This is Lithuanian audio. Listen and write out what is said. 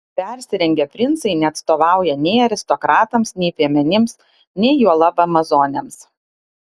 persirengę princai neatstovauja nei aristokratams nei piemenims nei juolab amazonėms